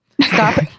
Stop